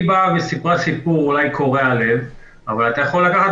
היא באה וסיפרה סיפור שהוא אולי קורע לב אבל אתה יכול לקחת